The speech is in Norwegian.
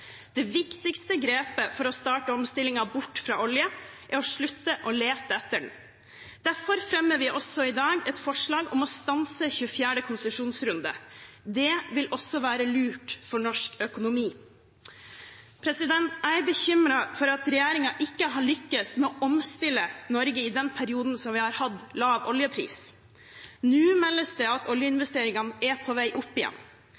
Det viktigste grepet for å starte omstillingen bort fra olje, er å slutte å lete etter den. Derfor fremmer vi også i dag et forslag om å stanse den 24. konsesjonsrunde. Det vil også være lurt for norsk økonomi. Jeg er bekymret over at regjeringen ikke har lyktes med å omstille Norge i den perioden vi har hatt lav oljepris. Nå meldes det om at oljeinvesteringene er på vei opp igjen.